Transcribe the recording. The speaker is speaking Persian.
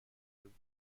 بودند